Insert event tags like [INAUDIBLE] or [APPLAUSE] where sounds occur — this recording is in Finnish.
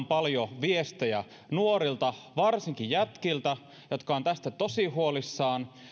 [UNINTELLIGIBLE] paljon viestejä nuorilta varsinkin jätkiltä jotka ovat tästä tosi huolissaan